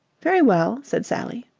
very well, said sally.